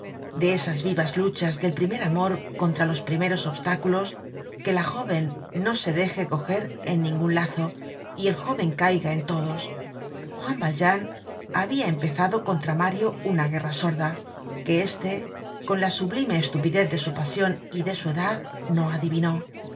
de esas vivas luchas del primer amor contra los primeros obstáculos que la jóven no se deje coger en ningun lazo y el joven caiga en todos juan valjean habia empezado contra mario una guerra sorda que éste con la sublime estupidez de su pasion y de su edad no adivinó juan